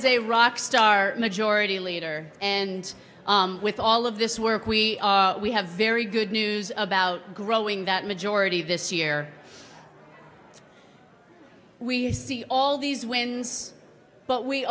a rock star majority leader and with all of this work we are we have very good news about growing that majority of this year we see all these wins but we